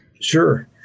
sure